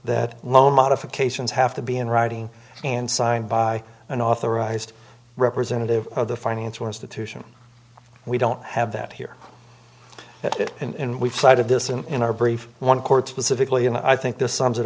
that loan modifications have to be in writing and signed by an authorized representative of the financial institution we don't have that here it and we've cited this and in our brief one court specifically and i think this sums it